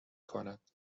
کند